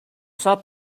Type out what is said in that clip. shop